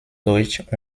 deutsch